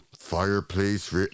fireplace